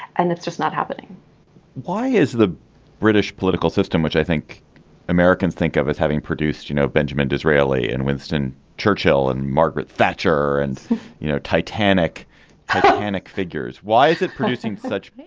and it's just not happening why is the british political system which i think americans think of as having produced you know benjamin disraeli and winston churchill and margaret thatcher and you know titanic ah titanic figures. why is it producing such